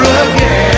again